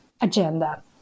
agenda